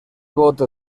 voto